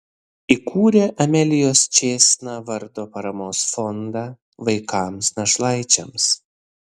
įkūrė amelijos čėsna vardo paramos fondą vaikams našlaičiams